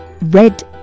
red